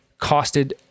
costed